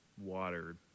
water